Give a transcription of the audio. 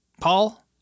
Paul